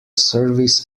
surveys